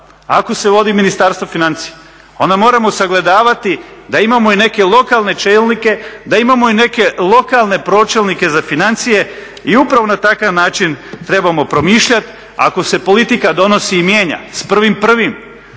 ako se vodi Ministarstvo financija onda moramo sagledavati da imamo i neke lokalne čelnike, da imamo i neke lokalne pročelnike za financije i upravo na takav način trebamo promišljati ako se politika donosi i mijenja s 1.1., a